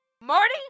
Marty